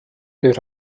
bydd